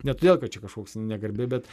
ne todėl kad čia kažkoks negarbė bet